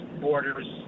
borders